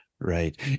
Right